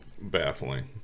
baffling